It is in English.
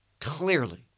clearly